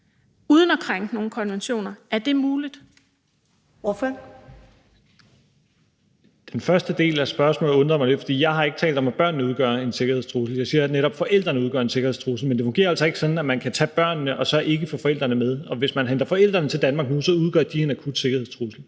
Ordføreren. Kl. 22:19 Rasmus Stoklund (S): Den første del af spørgsmålet undrer mig lidt, for jeg har ikke talt om, at børnene udgør en sikkerhedstrussel. Jeg siger netop, at forældrene udgør en sikkerhedstrussel, men det fungerer altså ikke sådan, at man kan tage børnene og så ikke få forældrene med, og hvis man henter forældrene til Danmark nu, udgør de en akut sikkerhedstrussel.